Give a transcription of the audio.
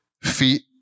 Feet